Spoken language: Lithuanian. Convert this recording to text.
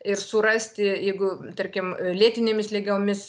ir surasti jeigu tarkim lėtinėmis ligomis